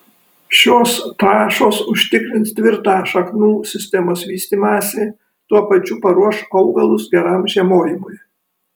šios trąšos užtikrins tvirtą šaknų sistemos vystymąsi tuo pačiu paruoš augalus geram žiemojimui